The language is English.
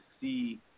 see